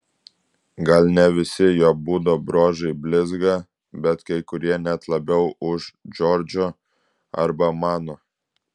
gal ne visi jo būdo bruožai blizga bet kai kurie net labiau už džordžo arba mano